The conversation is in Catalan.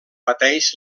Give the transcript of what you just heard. pateix